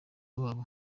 wabo